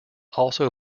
also